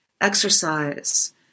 exercise